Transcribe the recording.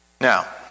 Now